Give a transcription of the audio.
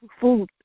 food